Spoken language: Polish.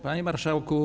Panie Marszałku!